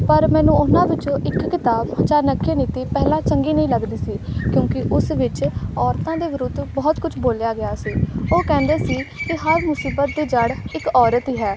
ਪਰ ਮੈਨੂੰ ਉਹਨਾਂ ਵਿੱਚੋਂ ਇੱਕ ਕਿਤਾਬ ਚਾਣਕਿਆ ਨੀਤੀ ਪਹਿਲਾਂ ਚੰਗੀ ਨਹੀਂ ਲੱਗਦੀ ਸੀ ਕਿਉਂਕਿ ਉਸ ਵਿੱਚ ਔਰਤਾਂ ਦੇ ਵਿਰੁੱਧ ਬਹੁਤ ਕੁਛ ਬੋਲਿਆ ਗਿਆ ਸੀ ਉਹ ਕਹਿੰਦੇ ਸੀ ਕਿ ਹਰ ਮੁਸੀਬਤ ਦੀ ਜੜ੍ਹ ਇੱਕ ਔਰਤ ਹੀ ਹੈ